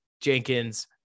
Jenkins